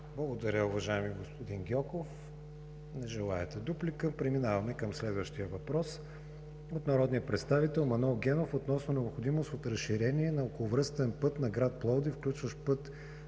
Благодаря Ви, уважаеми господин Гьоков. Не желаете дуплика. Преминаваме към следващия въпрос – от народния представител Манол Генов, относно необходимост от разширение на околовръстен път на град Пловдив, включващ път